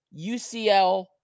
UCL